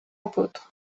apôtre